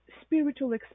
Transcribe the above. spiritual